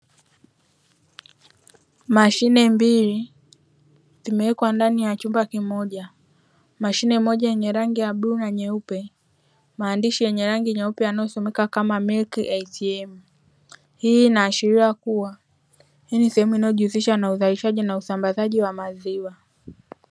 Mashine mbili zimewekwa ndani ya chumba kimoja, mashine moja yenye rangi ya bluu na nyeupe maandishi yenye rangi nyeupe yanayotumika kama "milk ATM "hii inaashiria kuwa yaani sehemu inayojihusisha na uzalishaji na usambazaji wa maziwa.